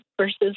versus